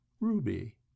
ruby